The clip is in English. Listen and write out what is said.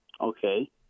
Okay